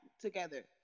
together